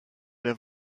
der